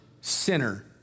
sinner